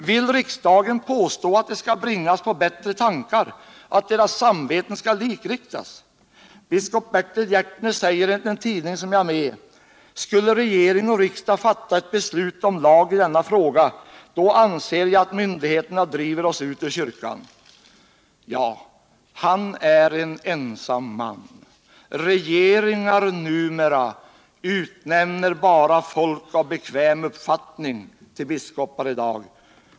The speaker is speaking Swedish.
Vill riksdagen påstå att de skall bringas på bättre tankar, att deras samveten skall likriktas? Biskop Bertil Gärtner säger enligt en tidning som jag har med här: ”Skulle regering och riksdag fatta ett beslut i denna fråga, då anser jag att myndigheterna driver oss ut ur kyrkan.” Ja, han är en ensam man. Regeringar utnämner numera bara folk med bekväm uppfattning till biskopar.